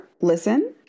listen